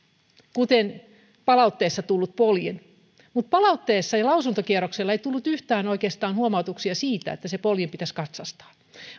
kuten palautteessa tullut poljin mutta palautteessa ja lausuntokierroksella ei tullut oikeastaan yhtään huomautuksia siitä että se poljin pitäisi katsastaa